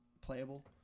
playable